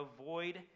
avoid